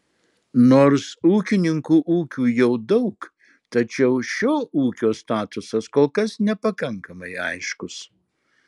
nors ūkininkų ūkių jau daug tačiau šio ūkio statusas kol kas nepakankamai aiškus